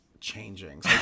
changing